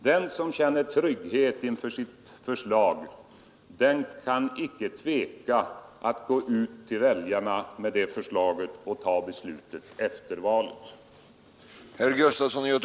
Den som känner trygghet inför sitt förslag kan inte tveka att gå ut till väljarna med det förslaget och ta belutet efter valet.